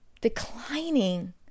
Declining